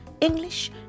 English